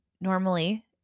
normally